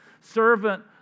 Servant